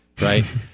right